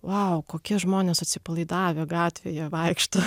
vau kokie žmonės atsipalaidavę gatvėje vaikšto